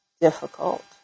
difficult